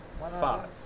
Five